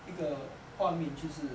一个画面就是